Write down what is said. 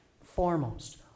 foremost